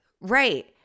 Right